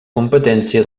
competència